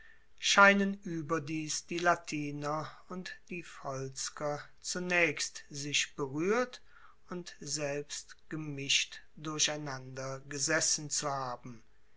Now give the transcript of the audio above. scheinen ueberdies die latiner und die volsker zunaechst sich beruehrt und selbst gemischt durcheinander gesessen zu haben